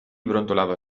brontolava